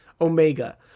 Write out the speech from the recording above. Omega